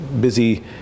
busy